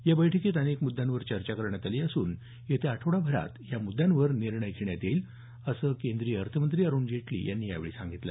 या बैठकीत अनेक मुद्द्यांवर चर्चा करण्यात आली असून येत्या आठवड्याभरात या मुद्द्यांवर निर्णय घेण्यात येईल असं केंद्रीय अर्थमंत्री अरुण जेटली यांनी यावेळी सांगितलं